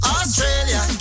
Australia